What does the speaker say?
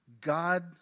God